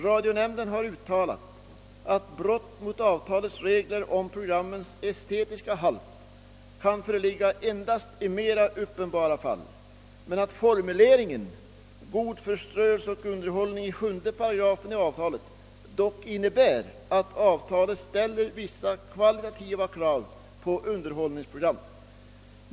Radionämnden har uttalat, att brott mot avtalets regler om programmens estetiska halt kan föreligga endast i mera uppenbara fall men att formuleringen god förströelse och underhållning i 7 8 i avtalet dock innebär att avtalet ställer vissa kvalitativa krav på underhållningsprogram.